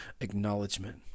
acknowledgement